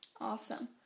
Awesome